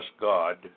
God